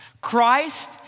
Christ